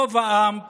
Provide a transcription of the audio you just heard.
רוב העם,